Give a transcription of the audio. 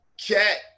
Cat